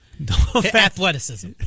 Athleticism